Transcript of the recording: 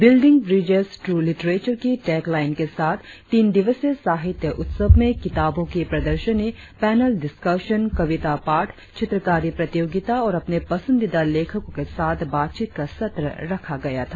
building bridges through literature की tagline के साथ तीन दिवसीय साहित्य उत्सव में किताबो की प्रदर्शनी पेनल डिस्काशन कविता पाठ चित्रकारी प्रतियोगिता और अपने पसंदीदा लेखकों के साथ बातचीत का सत्र रखा गया था